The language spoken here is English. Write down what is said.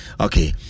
Okay